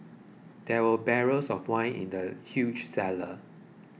there were barrels of wine in the huge cellar